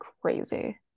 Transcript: crazy